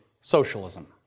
socialism